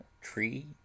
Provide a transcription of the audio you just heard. tree